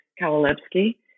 Kowalewski